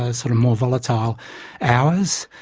ah sort of more volatile hours.